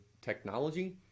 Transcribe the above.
technology